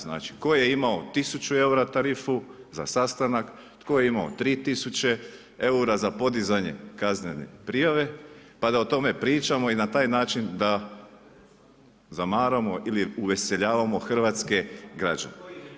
Znači, tko je imao 1000 eura, tarifu, za sastanak, tko je imao 3000 eura, za podizanje kaznene prijave, pa da o tome pričamo i na taj način da zamaramo ili uveseljavamo hrvatske građane.